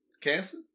Cancer